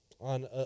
On